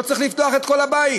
לא צריך לפתוח את כל הבית,